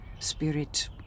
spirit